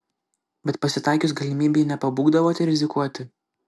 bet pasitaikius galimybei nepabūgdavote rizikuoti